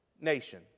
nation